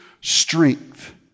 strength